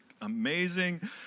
amazing